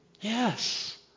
Yes